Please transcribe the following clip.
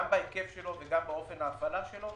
גם בהיקף שלו וגם באופן ההפעלה שלו,